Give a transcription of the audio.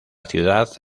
ciudad